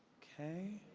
okay.